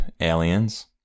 aliens